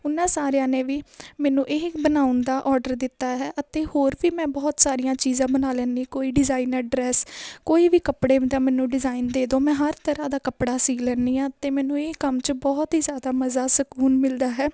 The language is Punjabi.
ਉਹਨਾਂ ਸਾਰਿਆਂ ਨੇ ਵੀ ਮੈਨੂੰ ਇਹ ਬਣਾਉਣ ਦਾ ਆਰਡਰ ਦਿੱਤਾ ਹੈ ਅਤੇ ਹੋਰ ਵੀ ਮੈਂ ਬਹੁਤ ਸਾਰੀਆਂ ਚੀਜ਼ਾਂ ਬਣਾ ਲੈਂਦੀ ਕੋਈ ਡਿਜ਼ਾਈਨਰ ਡਰੈਸ ਕੋਈ ਵੀ ਕੱਪੜੇ ਦਾ ਮੈਨੂੰ ਡਿਜ਼ਾਇਨ ਦੇ ਦਿਓ ਮੈਂ ਹਰ ਤਰ੍ਹਾਂ ਦਾ ਕੱਪੜਾ ਸਿਉਂ ਲੈਂਦੀ ਹਾਂ ਅਤੇ ਮੈਨੂੰ ਇਹ ਕੰਮ 'ਚ ਬਹੁਤ ਹੀ ਜ਼ਿਆਦਾ ਮਜ਼ਾ ਸਕੂਨ ਮਿਲਦਾ ਹੈ